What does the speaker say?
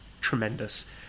tremendous